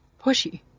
pushy